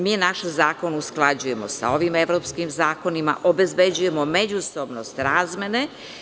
Mi naš zakon usklađujemo sa ovim evropskim zakonima, obezbeđujemo međusobnost razmene.